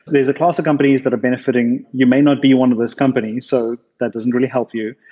there's a class of companies that are benefiting. you may not be one of those companies so that doesn't really help you.